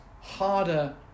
harder